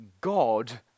God